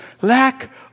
Lack